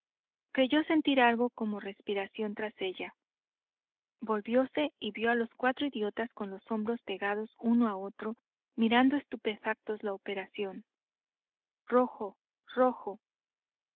creyó sentir algo como respiración tras ella volvióse y vió a los cuatro idiotas con los hombros pegados uno a otro mirando estupefactos la operación rojo rojo